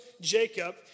Jacob